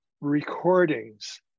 recordings